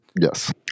Yes